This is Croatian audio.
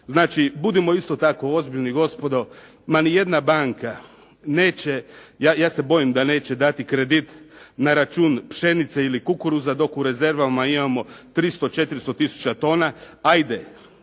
budimo isto tako ozbiljni gospodo. Ma nijedna banka neće, ja se bojim da neće dati kredit na račun pšenice ili kukuruza, dok u rezervama imamo 300, 400 tisuća tona. Ajede